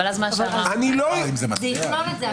ואז איך ממירים אותו?